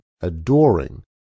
adoring